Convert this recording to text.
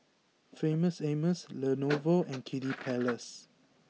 Famous Amos Lenovo and Kiddy Palace